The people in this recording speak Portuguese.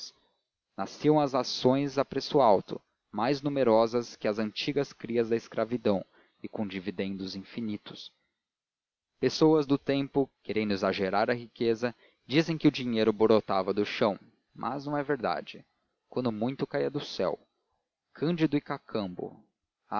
nasciam as ações a preço alto mais numerosas que as antigas crias da escravidão e com dividendos infinitos pessoas do tempo querendo exagerar a riqueza dizem que o dinheiro brotava do chão mas não é verdade quando muito caía do céu cândido e cacambo ai